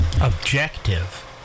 objective